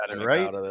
right